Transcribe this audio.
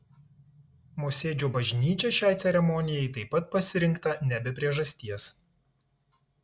mosėdžio bažnyčia šiai ceremonijai taip pat pasirinkta ne be priežasties